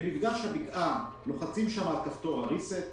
במפגש הבקעה לוחצים על כפתור ה-ריסט,